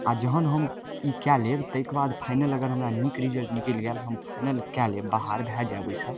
आओर जहन हम ई कए लेब तैके बाद फाइनल अगर हमरा नीक रिजल्ट निकलि गेल हम फाइनल कए लेब बाहर भए जायब ओइसँ